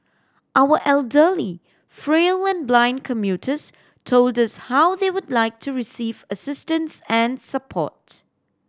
our elderly frail and blind commuters told us how they would like to receive assistance and support